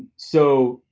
so